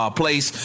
place